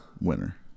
winner